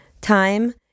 Time